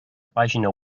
pàgina